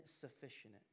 sufficient